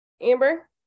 Amber